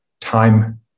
time